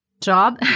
job